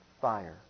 fire